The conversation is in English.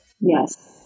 Yes